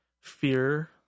fear